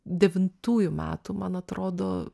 devintųjų metų man atrodo